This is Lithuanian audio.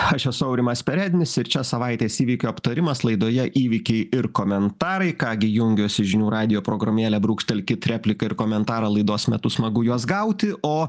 aš esu aurimas perednis ir čia savaitės įvykių aptarimas laidoje įvykiai ir komentarai ką gi jungiuosi žinių radijo programėlę brūkštelkit repliką ir komentarą laidos metu smagu juos gauti o